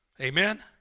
Amen